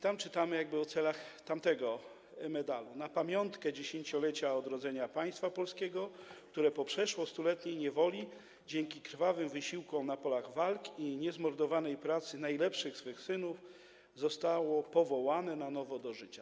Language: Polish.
Tam czytamy jakby o celach tamtego medalu: „Na pamiątkę dziesięciolecia odrodzenia Państwa Polskiego, które, po przeszło stuletniej niewoli dzięki krwawym wysiłkom na polach walk i niezmordowanej pracy najlepszych swych synów, zostało powołane na nowo do życia.